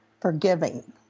forgiving